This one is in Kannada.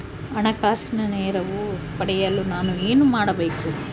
ಹಣಕಾಸಿನ ನೆರವು ಪಡೆಯಲು ನಾನು ಏನು ಮಾಡಬೇಕು?